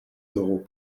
d’euros